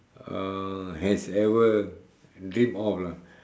uh has ever dream of lah